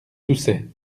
toussait